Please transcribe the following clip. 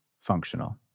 functional